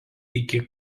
iki